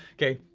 okay,